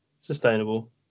sustainable